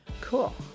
Cool